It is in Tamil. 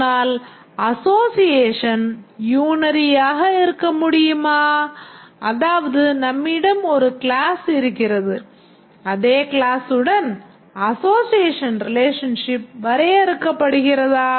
ஆனால் அசோசியேஷன் unary ஆக இருக்க முடியுமா அதாவது நம்மிடம் ஒரு கிளாஸ் இருக்கிறது அதே க்ளாஸுடன் அசோஸியேஷன் ரிலேஷன்ஷிப் வரையறுக்கப்படுகிறதா